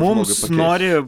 mums nori